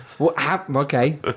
Okay